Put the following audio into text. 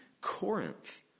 Corinth